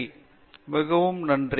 பேராசிரியர் ராஜேஷ் குமார் மிகவும் நன்றி